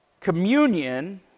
communion